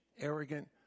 arrogant